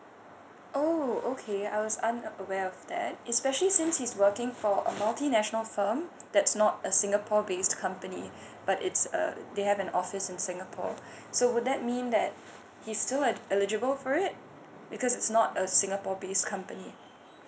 oh okay I was unaware of that especially since he's working for a multinational firm that's not a singapore based company but it's uh they have an office in singapore so would that mean that he still have eligible for it because it's not a singapore based company